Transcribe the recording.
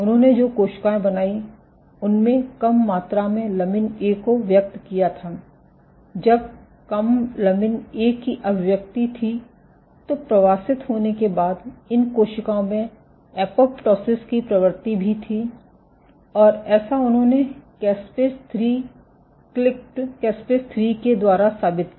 उन्होंने जो कोशिकाएँ बनाईं उनमें कम मात्रा में लमिन ए को व्यक्त किया था जब कम लमिन ए की अभियक्ति थी तो प्रवासित होने के बाद इन कोशिकाओं में एपोप्टोसिस की प्रवृत्ति भी थी और ऐसा उन्होंने कैसपेस 3 क्लिव्ड कैस्पेज़ 3 के द्वारा साबित किया